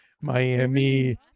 Miami